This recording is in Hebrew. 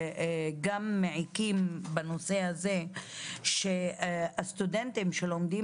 הדברים המעיקים בנושא הזה הוא שהסטודנטים שלומדים